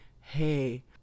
hey